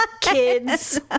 kids